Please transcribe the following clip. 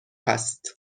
هست